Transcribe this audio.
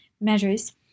measures